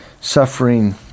suffering